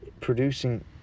producing